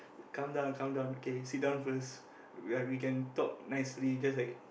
calm down calm down sit down first we can talk nicely just like